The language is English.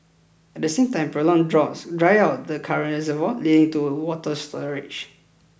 at the same time prolonged droughts dry out the current reservoir leading to water storage